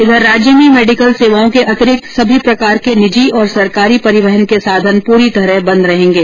इधर राज्य में मेडिकल सेवाओं के अतिरिक्त सभी प्रकार के निजी और सरकारी परिवहन के साधन पूरी तरह बंद रहेंगे